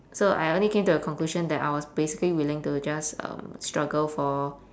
so I only came to the conclusion that I was basically willing to just um struggle for